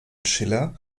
schiller